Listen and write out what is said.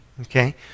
okay